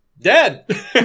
dead